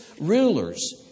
rulers